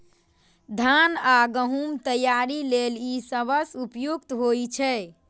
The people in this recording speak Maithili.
धान आ गहूम तैयारी लेल ई सबसं उपयुक्त होइ छै